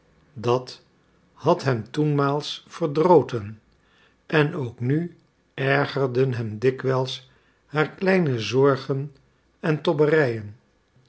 dat had hem toenmaals verdroten en ook nu ergerden hem dikwijls haar kleine zorgen en